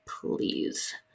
please